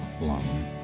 alone